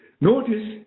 Notice